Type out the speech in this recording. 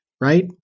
right